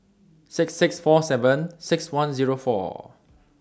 six six four seven six one Zero four